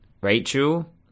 Rachel